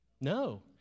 No